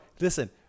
listen-